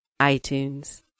iTunes